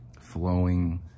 flowing